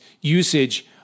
usage